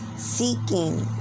Seeking